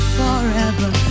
forever